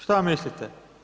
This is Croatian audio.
Šta mislite?